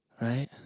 Right